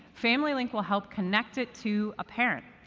family link will help connect it to a parent.